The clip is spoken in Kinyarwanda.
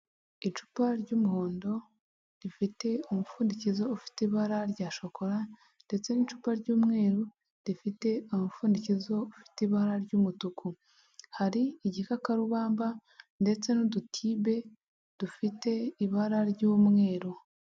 Icupa ry'umuhondo rifite umupfundikizo ufite ibara rya shokora ndetse n'icupa ry'umweru rifite umupfundikizo ufite ibara ry'umutuku hari igikakarubamba ndetse n'udutibe dufite ibara ry'umweru.